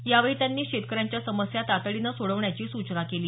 यावेळी त्यांनी शेतकऱ्यांच्या समस्या तातडीनं सोडवण्याची सूचना केली